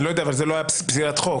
אני לא יודע אבל זאת לא הייתה פסילת חוק.